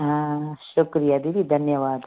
हा शुक्रिया दीदी धन्यवाद